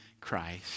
Christ